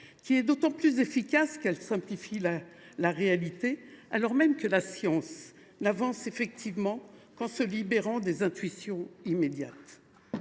qui est d’autant plus efficace qu’elle simplifie la réalité, alors même que la science n’avance effectivement qu’en se libérant des intuitions immédiates